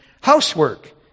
Housework